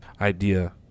idea